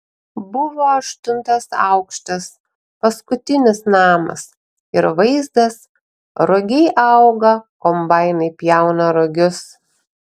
buvo aštuntas aukštas paskutinis namas ir vaizdas rugiai auga kombainai pjauna rugius